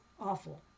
awful